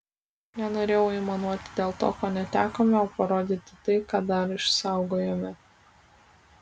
nenorėjau aimanuoti dėl to ko netekome o parodyti tai ką dar išsaugojome